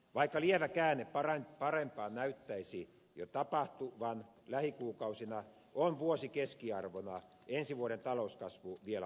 vaikka lievä käänne parempaan näyttäisi jo tapahtuvan lähikuukausina on vuosikeskiarvona ensi vuoden talouskasvu vielä olematonta